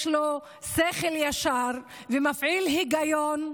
שיש לו שכל ישר והוא מפעיל היגיון,